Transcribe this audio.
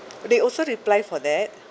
they also reply for that